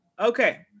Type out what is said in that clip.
Okay